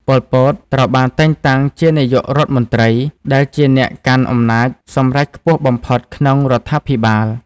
ប៉ុល ពត ត្រូវបានតែងតាំងជានាយករដ្ឋមន្ត្រី ដែលជាអ្នកកាន់អំណាចសម្រេចខ្ពស់បំផុតក្នុងរដ្ឋាភិបាល។